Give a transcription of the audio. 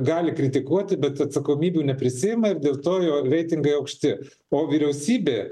gali kritikuoti bet atsakomybių neprisiima ir dėl to jo reitingai aukšti o vyriausybė